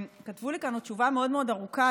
כתבו לי כאן עוד תשובה מאוד מאוד ארוכה,